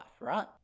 right